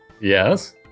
Yes